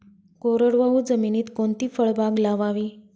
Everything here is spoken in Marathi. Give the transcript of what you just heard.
कोरडवाहू जमिनीत कोणती फळबाग लावावी?